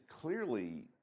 clearly